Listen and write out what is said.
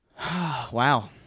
Wow